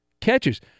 catches